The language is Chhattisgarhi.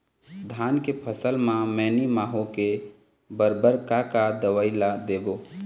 धान के फसल म मैनी माहो के बर बर का का दवई ला देबो?